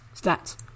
stats